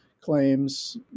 claims